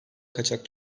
kaçak